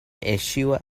issue